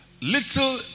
Little